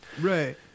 right